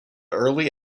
early